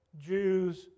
Jews